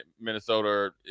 Minnesota